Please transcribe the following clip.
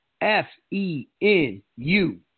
F-E-N-U